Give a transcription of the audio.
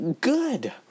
Good